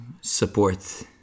support